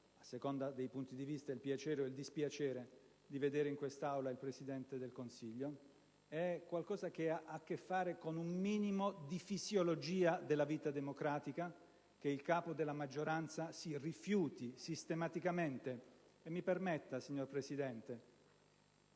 a seconda dei punti di vista - il piacere o il dispiacere di vedere in quest'Aula il Presidente del Consiglio. È qualcosa che ha a che fare con un minimo di fisiologia della vita democratica il fatto che il capo della maggioranza si rifiuti sistematicamente di venire a fare il